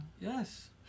Yes